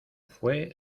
fué